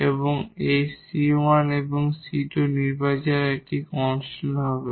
এবং এই 𝑐1 এবং 𝑐2 নির্বিচারে একটি কনস্ট্যান্ট হবে